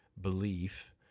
belief